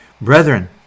Brethren